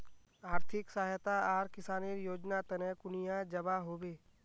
आर्थिक सहायता आर किसानेर योजना तने कुनियाँ जबा होबे?